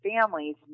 families